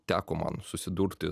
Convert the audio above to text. teko man susidurti